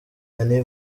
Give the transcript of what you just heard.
dany